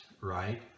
right